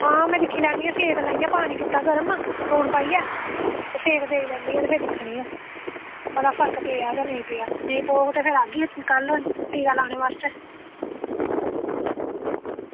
आं में दिक्खी लैनी आं सेक लाइयै में पानी कीता गर्म लून पाइयै ते सेक देई लैनी आं फिर दिक्खनी आं भला फर्क पेआ जां नेईं पेआ ते जेकर पौग ते आह्गी फिर कल्ल टीका लानै बास्तै